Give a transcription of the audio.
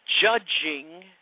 judging